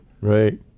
right